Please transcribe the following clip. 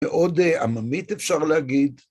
מאוד עממית אפשר להגיד.